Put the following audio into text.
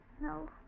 No